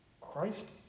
Christ